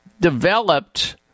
developed